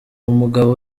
umugabo